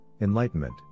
enlightenment